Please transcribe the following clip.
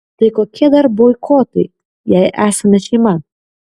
tai kokie dar boikotai jei esame šeima